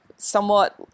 somewhat